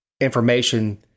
information